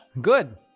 Good